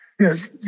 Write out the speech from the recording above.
Yes